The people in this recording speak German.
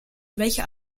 welche